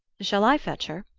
shall i fetch her?